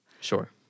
sure